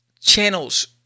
channels